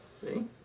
See